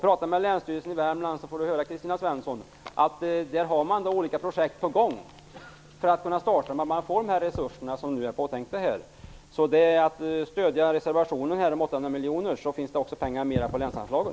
Tala med Länsstyrelsen i Värmland, Kristina Svensson! Då får Kristina Svensson höra att olika projekt är på gång där. Man kan starta när man får de resurser som är påtänkta. Genom att stödja reservationen om 800 miljoner kommer det att kunna finnas mera pengar i länsanslagen.